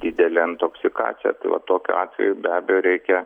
didelė intoksikacija tai vat tokiu atveju be abejo reikia